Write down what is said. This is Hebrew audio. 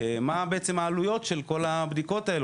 מה בעצם העלויות של כל הבדיקות האלו.